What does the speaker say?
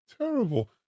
terrible